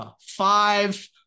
five